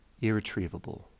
Irretrievable